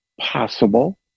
possible